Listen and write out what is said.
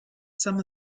some